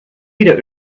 wieder